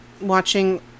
watching